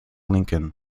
lincoln